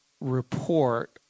report